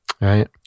Right